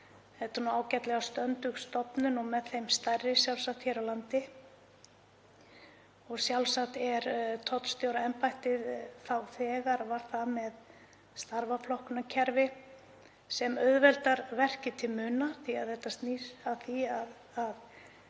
Það er nú ágætlega stöndug stofnun og með þeim stærri hér á landi og sjálfsagt var tollstjóraembættið þá þegar með starfaflokkunarkerfi sem auðveldar verkið til muna því að þetta snýr að því að